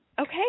Okay